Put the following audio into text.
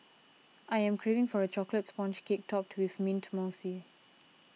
I am craving for a Chocolate Sponge Cake Topped with Mint Mousse